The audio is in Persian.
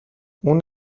اون